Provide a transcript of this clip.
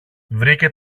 βρήκε